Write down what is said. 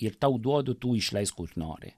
ir tau duodu tu išleisk kur nori